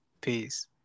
Peace